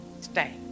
Stay